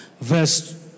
verse